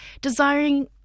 desiring